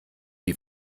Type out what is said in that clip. die